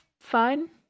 fine